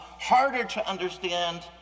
harder-to-understand